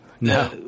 no